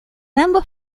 ambos